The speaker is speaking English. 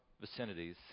vicinities